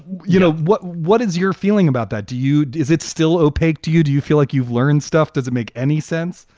you know what what is your feeling about that dude? is it still opaque to you? do you feel like you've learned stuff? does it make any sense?